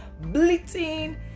bleating